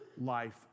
life